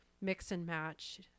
mix-and-match